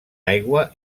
aigua